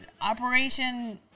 operation